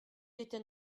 était